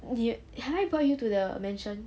ye~ have I brought you to the mansion